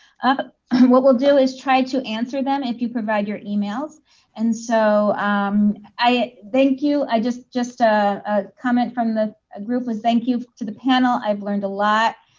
ah what we will do is try to answer them if you provide your emails and so um i thank you. i just just ah a comment from the group was thank you to the panel. i have learned a lot.